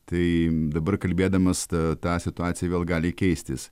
tai dabar kalbėdamas ta ta situacija vėl gali keistis